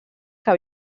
que